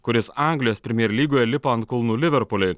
kuris anglijos premijier lygoje lipo ant kulnų liverpuliui